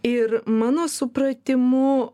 ir mano supratimu